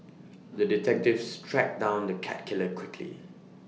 the detectives tracked down the cat killer quickly